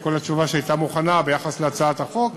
כל התשובה שהייתה מוכנה ביחס להצעת החוק,